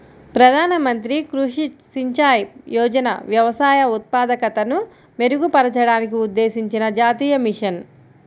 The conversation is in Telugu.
ప్రధాన మంత్రి కృషి సించాయ్ యోజన వ్యవసాయ ఉత్పాదకతను మెరుగుపరచడానికి ఉద్దేశించిన జాతీయ మిషన్